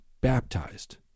baptized